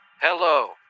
Hello